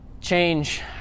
change